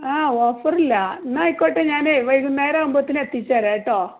ആ ഓഫർ ഇല്ല എന്നാൽ ആയിക്കോട്ടെ ഞാനേ വൈകുന്നേരം ആവുമ്പോഴത്തേന് എത്തിച്ചുതരാം കേട്ടോ